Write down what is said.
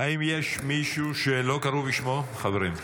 האם יש מישהו שלא קראו בשמו, חברים?